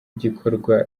igikorwa